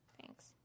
Thanks